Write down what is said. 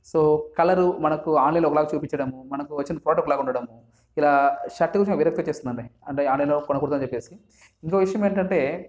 so colour మనకు ఆన్లైన్లో ఒకలా చూపించడము మనకు వచ్చిన ప్రోడక్ట్ ఒకలా ఉండడం ఇలా షర్ట్ చూస్తే విరక్తి వచ్చేసిందండి అంటే ఆన్లైన్లో కొనకూడదు అని ఇంకో విషయం ఏంటంటే